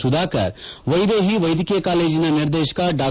ಸುಧಾಕರ್ ವೈದೇಹಿ ವೈದ್ಯಕೀಯ ಕಾಲೇಜಿನ ನಿರ್ದೇಶಕ ಡಾ